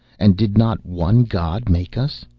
and did not one god make us?